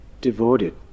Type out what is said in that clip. devoted